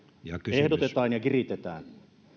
ehdotetaan ja kiritetään